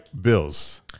Bills